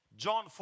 John